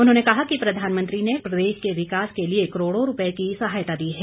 उन्होंने कहा कि प्रधानमंत्री ने प्रदेश के विकास के लिए करोड़ों रूपए की सहायता दी है